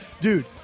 Dude